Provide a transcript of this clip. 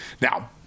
Now